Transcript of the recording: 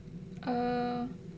err